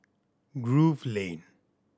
Grove Lane